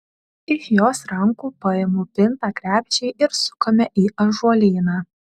iš jos rankų paimu pintą krepšį ir sukame į ąžuolyną